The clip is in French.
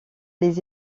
les